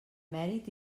mèrit